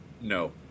No